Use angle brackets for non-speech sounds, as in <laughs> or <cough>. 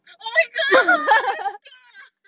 oh my god fucker <laughs>